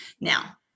Now